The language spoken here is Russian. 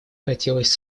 хотелось